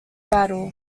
battle